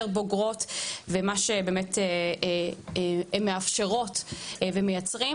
בוגרות ומה שבאמת הן מאפשרות ומייצרות,